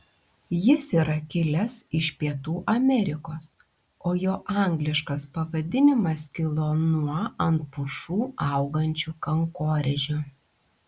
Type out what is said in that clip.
jis yra kilęs iš pietų amerikos o jo angliškas pavadinimas kilo nuo ant pušų augančių kankorėžių